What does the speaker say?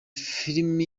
filime